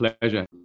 pleasure